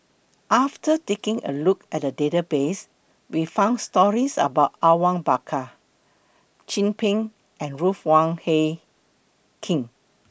after taking A Look At The Database We found stories about Awang Bakar Chin Peng and Ruth Wong Hie King